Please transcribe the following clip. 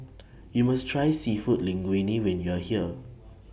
YOU must Try Seafood Linguine when YOU Are here